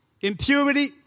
impurity